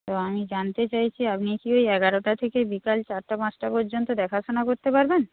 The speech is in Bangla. তো আমি জানতে চাইছি আপনি কি ওই এগারোটা থেকে বিকেল চারটে পাঁচটা পর্যন্ত দেখাশোনা করতে পারবেন